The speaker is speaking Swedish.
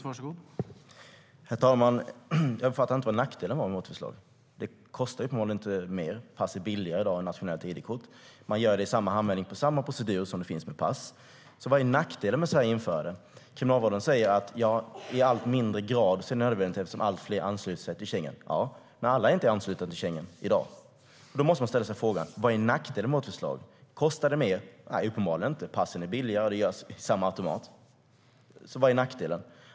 Herr talman! Jag uppfattade inte vad nackdelen är med vårt förslag. Det kostar uppenbarligen inte mer. Ett pass är i dag billigare än ett nationellt id-kort. Man skaffar det i en handvändning med samma procedur som för pass. Så vad är nackdelen med att införa detta? Kriminalvården säger att det i allt mindre grad är nödvändigt eftersom allt fler ansluter sig till Schengen. Ja, men alla är inte anslutna till Schengen i dag. Då måste man ställa sig frågan: Vad är nackdelen med vårt förslag? Kostar det mer? Nej, uppenbarligen inte. Pass är billigare och görs i samma automat. Så vad är nackdelen?